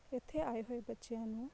ਇਥੇ ਆਏ ਹੋਏ ਬੱਚਿਆਂ ਨੂੰ